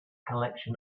collection